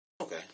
Okay